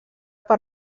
per